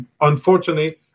unfortunately